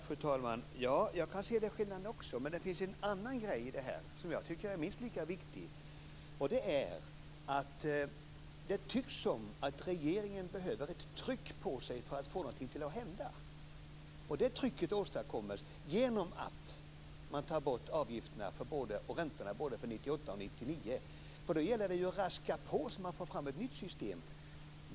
Fru talman! Jag kan också se den skillnaden. Men det finns en annan sak i detta som är minst lika viktig, och det är att det tycks som om regeringen behöver ett tryck på sig för att få någonting att hända. Det trycket åstadkommes genom att man tar bort avgifterna och räntorna för både 1998 och 1999. Då gäller det ju att raska på, så att man får fram ett nytt system.